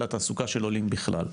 אלא תעסוקה של עולים בכלל.